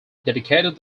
dedicated